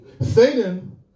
Satan